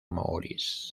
maurice